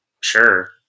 sure